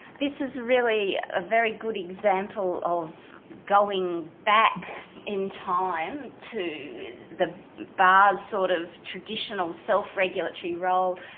this is really a very good example of going back in time to the bar's sort of traditional self-regulatory role,